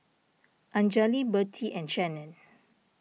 Anjali Birtie and Shannon